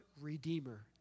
Redeemer